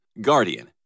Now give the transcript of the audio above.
Guardian